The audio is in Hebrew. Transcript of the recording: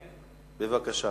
בבקשה.